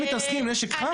הם מתעסקים עם נשק חם.